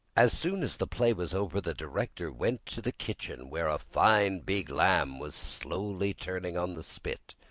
as soon as the play was over, the director went to the kitchen, where a fine big lamb was slowly turning on the spit.